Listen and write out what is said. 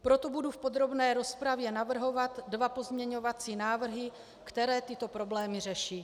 Proto budu v podrobné rozpravě navrhovat dva pozměňovací návrhy, které tyto problémy řeší.